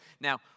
Now